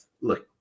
Look